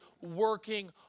working